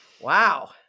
wow